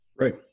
Right